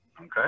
Okay